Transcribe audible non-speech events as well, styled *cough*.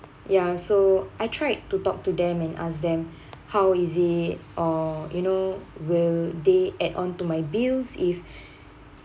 ya so I tried to talk to them and ask them *breath* how is it or you know will they add on to my bills if *breath*